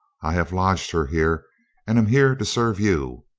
i have lodged her here and am here to serve you.